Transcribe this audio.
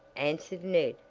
answered ned,